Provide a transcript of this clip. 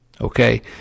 Okay